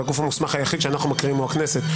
והגוף המוסמך היחיד שאנחנו מכירים הוא הכנסת.